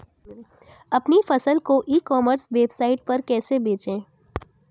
अपनी फसल को ई कॉमर्स वेबसाइट पर कैसे बेचें?